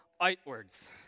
outwards